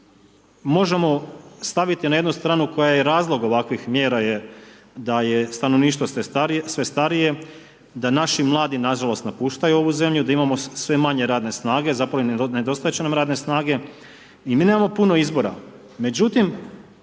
možemo staviti na jednu stranu koja je i razlog ovakvih mjera je da je stanovništvo sve starije, da naši mladi nažalost napuštaju ovu zemlju, da imamo sve manje radne snage a zapravo i nedostajati će nam radne snage. I mi nemamo puno izbora. Međutim,